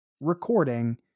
recording